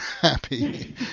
happy